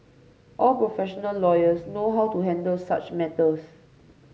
all professional lawyers know how to handle such matters